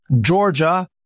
Georgia